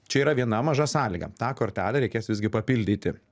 čia yra viena maža sąlyga tą kortelę reikės visgi papildyti